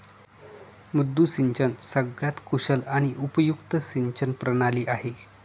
मुद्दू सिंचन सगळ्यात कुशल आणि उपयुक्त सिंचन प्रणाली आहे